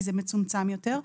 כי זה מצומצם יותר.